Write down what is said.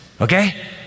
okay